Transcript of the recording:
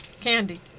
Candy